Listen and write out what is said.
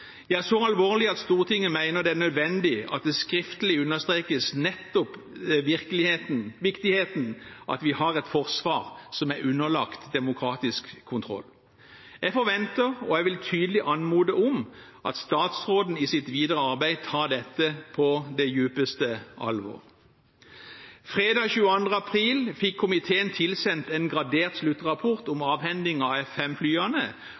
ja så alvorlig at Stortinget mener det er nødvendig at det skriftlig understrekes nettopp viktigheten av at vi har et forsvar som er underlagt demokratisk kontroll. Jeg forventer, og jeg vil tydelig anmode om, at statsråden i sitt videre arbeid tar dette på det dypeste alvor. Fredag den 22. april fikk komiteen tilsendt en gradert sluttrapport om